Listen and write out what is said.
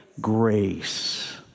grace